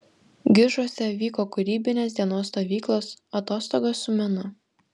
gižuose vyko kūrybinės dienos stovyklos atostogos su menu